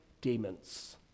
demons